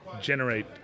generate